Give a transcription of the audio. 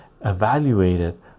evaluated